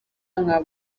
nka